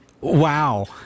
Wow